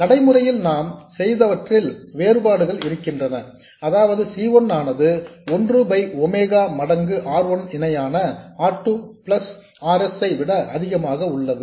நடைமுறையில் நாம் செய்தவற்றில் வேறுபாடுகள் இருக்கின்றன அதாவது C 1 ஆனது ஒன்று பை ஒமேகா மடங்கு R 1 இணையான R 2 பிளஸ் R s ஐ விட அதிகமாக உள்ளது